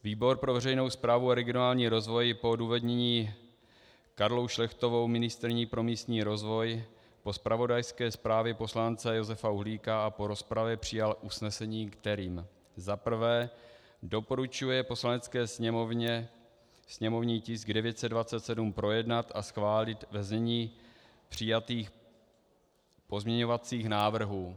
Výbor pro veřejnou správu a regionální rozvoj po odůvodnění Karlou Šlechtovou, ministryní pro místní rozvoj, po zpravodajské zprávě poslance Josefa Uhlíka a po rozpravě přijal usnesení, kterým: Za prvé doporučuje Poslanecké sněmovně sněmovní tisk 927 projednat a schválit ve znění přijatých pozměňovacích návrhů.